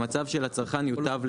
המצב של הצרכן יוטב,